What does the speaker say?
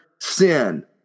sin